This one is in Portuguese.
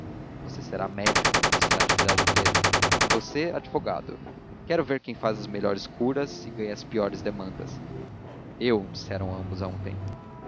você será médico disse natividade a pedro e você advogado quero ver quem faz as melhores curas e ganha as piores demandas eu disseram ambos a um tempo